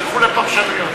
שילכו לפרשנויות.